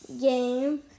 game